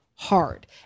hard